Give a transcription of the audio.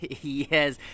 Yes